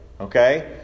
okay